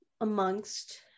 amongst